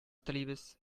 телибез